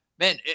Man